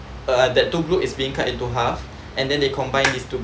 uh that to blue is being cut into half and then they combine these two